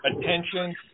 attention